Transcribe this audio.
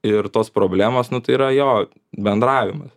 ir tos problemos nu tai yra jo bendravimas